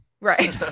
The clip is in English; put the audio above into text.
Right